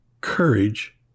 courage